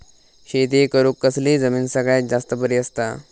शेती करुक कसली जमीन सगळ्यात जास्त बरी असता?